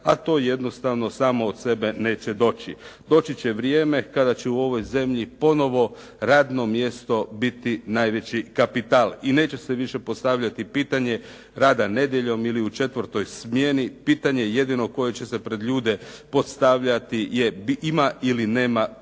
a to jednostavno samo od sebe neće doći. Doći će vrijeme kada će u ovoj zemlji ponovo radno mjesto biti najveći kapital i neće se više postavljati pitanje rada nedjeljom ili u 4. smjeni, pitanje jedino koje će se pred ljude postavljati je ima ili nema posla.